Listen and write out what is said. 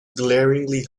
glaringly